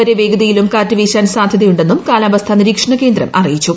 വരെ വേഗതയിലും കാറ്റ് വീശാൻ സാധൃതയുണ്ടെന്ന് കാലാവസ്ഥാ നിരീക്ഷണ കേന്ദ്രം അറിയിച്ചു